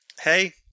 Hey